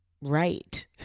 right